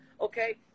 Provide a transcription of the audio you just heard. okay